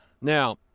Now